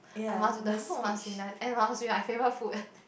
I must the food must be nice and must be my favourite food